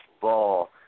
ball